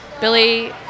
Billy